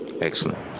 Excellent